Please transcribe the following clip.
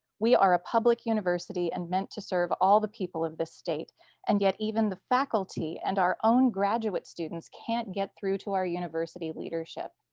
we are a public university and meant to serve all of the people of the state and yet even the faculty and our own graduate students cannot get through to our university leadership.